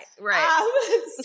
right